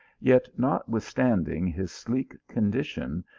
yet notwithstanding his sleek condition,